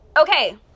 Okay